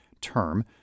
term